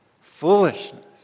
foolishness